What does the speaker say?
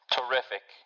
Terrific